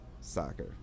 soccer